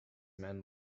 men